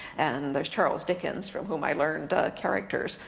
and there's charles dickens, from whom i learned characters,